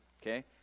Okay